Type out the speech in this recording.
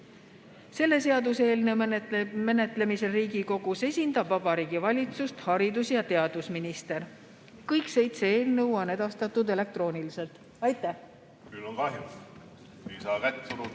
Selle seaduseelnõu menetlemisel Riigikogus esindab Vabariigi Valitsust haridus- ja teadusminister. Kõik seitse eelnõu on edastatud elektrooniliselt. Aitäh!